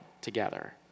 together